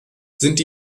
sind